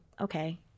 okay